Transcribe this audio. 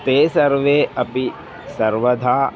ते सर्वे अपि सर्वदा